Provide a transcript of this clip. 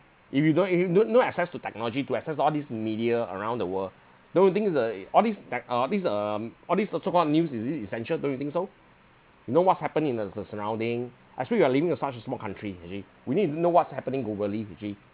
if you don't if you don't know access to technology to access all these media around the world don't you think is uh all these like uh these um all these all so called news is it essential don't you think so you know what's happened in the the surrounding actually you are living in such a small country you see we need to know what's happening globally actually